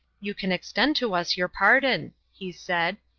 you can extend to us your pardon, he said,